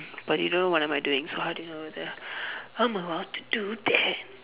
but you don't know what am I doing so how do you know whether I'm about to do that